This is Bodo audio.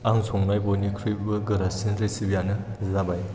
आं संनाय बयनिख्रुइबो गोरासिन रेसिपिआनो जाबाय